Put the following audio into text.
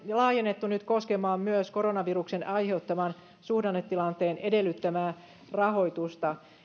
laajennettu nyt koskemaan myös koronaviruksen aiheuttaman suhdannetilanteen edellyttämää rahoitusta